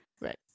Right